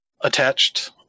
attached